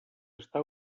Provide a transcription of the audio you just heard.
està